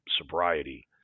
sobriety